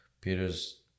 Peter's